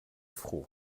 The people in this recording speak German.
froh